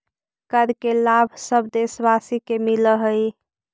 कर के लाभ सब देशवासी के मिलऽ हइ